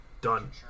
Done